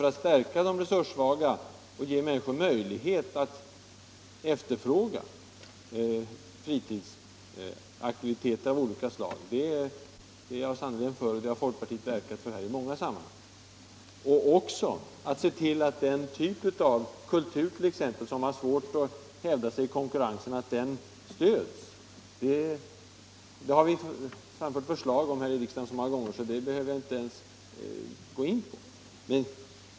Att stärka de resurssvaga och ge människor möjlighet att efterfråga fritidsaktiviteter av olika slag, det är jag sannerligen för och det har folkpartiet verkat för i många sammanhang. Att också se till att den typ av kultur som har svårt att hävda sig i konkurrensen stöds, det har vi framfört förslag om i riksdagen så många gånger att jag inte ens behöver gå in på det.